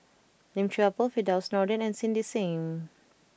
Lim Chuan Poh Firdaus Nordin and Cindy Sim